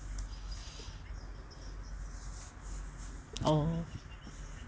oh